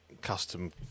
custom